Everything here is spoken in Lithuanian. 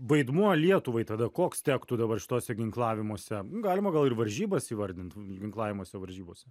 vaidmuo lietuvai tada koks tektų dabar šitose ginklavimose galima gal ir varžybas įvardint ginklavimosi varžybose